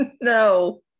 No